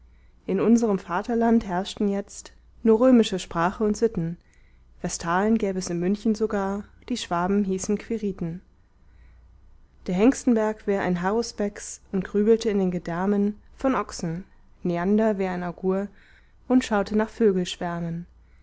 in unserem vaterland herrschten jetzt nur römische sprache und sitten vestalen gäb es in münchen sogar die schwaben hießen quiriten der hengstenberg wär ein haruspex und grübelte in den gedärmen von ochsen neander wär ein augur und schaute nach